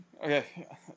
okay